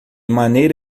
maneira